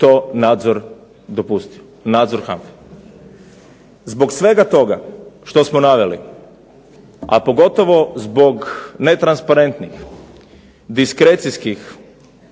to nadzor dopustio, nadzor HANFE. Zbog svega toga što smo naveli, a pogotovo zbog netransparentnih diskrecijskih